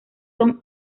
son